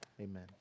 Amen